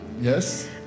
yes